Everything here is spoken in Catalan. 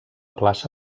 plaça